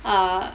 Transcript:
uh